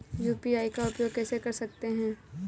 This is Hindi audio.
यू.पी.आई का उपयोग कैसे कर सकते हैं?